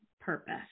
purpose